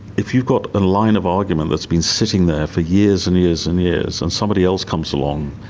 if you got a line of argument that has been sitting there for years and years and years, and somebody else comes along,